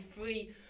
free